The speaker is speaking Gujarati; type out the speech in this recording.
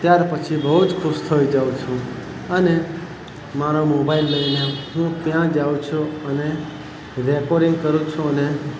ત્યાર પછી બહુ જ ખુશ થઈ જાઉં છું અને મારો મોબાઈલ લઈને હું ત્યાં જાઉં છું અને રેકોર્ડિંગ કરું છું અને